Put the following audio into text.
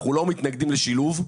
אנחנו לא מתנגדים לשילוב,